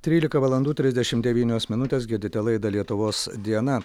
trylika valandų trisdešimt devynios minutės girdite laidą lietuvos diena